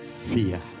fear